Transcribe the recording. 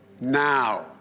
now